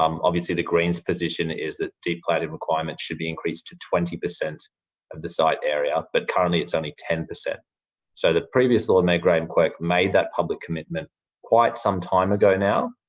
um obviously, the greens position is that deep planting requirements should be increased to twenty percent of the site area. but currently it's only ten. so, the previous lord mayor, graham quirk, made that public commitment quite some time ago now,